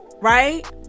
right